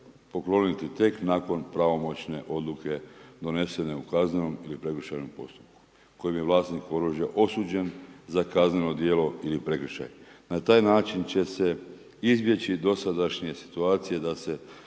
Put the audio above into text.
pokloniti tek nakon pravomoćne odluke donesene u kaznenom ili prekršajnom postupku kojim je vlasnik oružja osuđen za kazneno djelo ili prekršaj. Na taj način će se izbjeći dosadašnje situacije da se